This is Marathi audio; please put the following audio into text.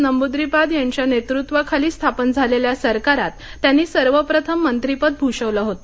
नाम्बुद्रीपाद यांच्या नेतृत्वाखालीस्थापन झालेल्या सरकारात त्यांनी सर्वप्रथम मंत्रीपद भूषविलं होते